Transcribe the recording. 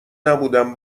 نبودم